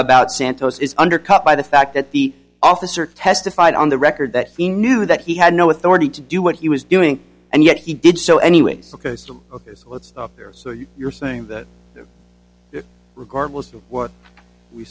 about santos is undercut by the fact that the officer testified on the record that he knew that he had no authority to do what he was doing and yet he did so anyways because two ok so let's stop there so you're saying that regardless of what we